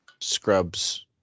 Scrubs